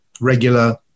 regular